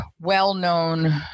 well-known